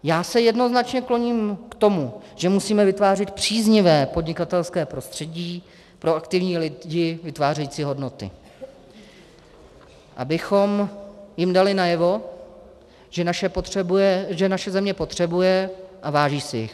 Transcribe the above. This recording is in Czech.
Já se jednoznačně kloním k tomu, že musíme vytvářet příznivé podnikatelské prostředí pro aktivní lidi vytvářející hodnoty, abychom jim dali najevo, že je naše země potřebuje a váží si jich.